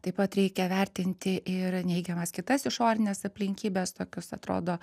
taip pat reikia vertinti ir neigiamas kitas išorines aplinkybes tokius atrodo